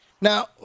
Now